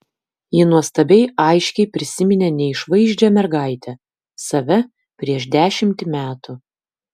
ji nuostabiai aiškiai prisiminė neišvaizdžią mergaitę save prieš dešimtį metų